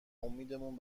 امیدمون